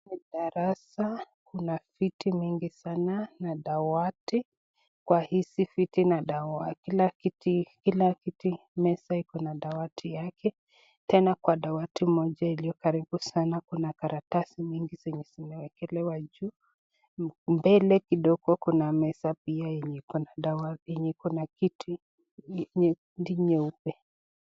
Ni darasa lina vitu mingi sana na dawati, kwa hizi viti na dawati kila kiti, meza ikona dawati yake. Tena kwa dawati moja iliyo karibu sana Kuna karatasi mingi zenye zimeekelewa juu mbele kidogo, kuna meza pia yenye ikona dawa yenye ikona kiti nyeupe.